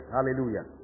Hallelujah